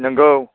नंगौ